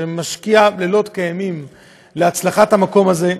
שמשקיע לילות וימים להצלחת המקום הזה.